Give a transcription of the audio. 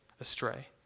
astray